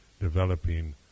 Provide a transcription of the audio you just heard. developing